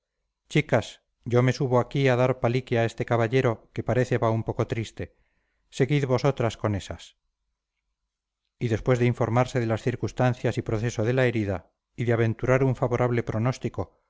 chicas yo me subo aquí a dar palique a este caballero que parece va un poco triste seguid vosotras con esas y después de informarse de las circunstancias y proceso de la herida y de aventurar un favorable pronóstico